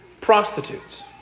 Prostitutes